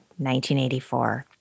1984